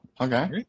Okay